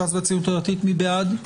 ש"ס והציונות הדתית מי בעד?